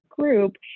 group